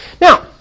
Now